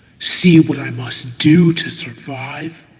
see what i must do to survive.